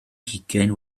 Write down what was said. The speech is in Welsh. hugain